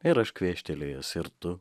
ir aš kvėštelėjęs ir tu